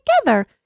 together